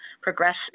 progress